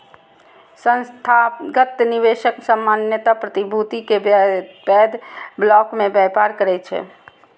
संस्थागत निवेशक सामान्यतः प्रतिभूति के पैघ ब्लॉक मे व्यापार करै छै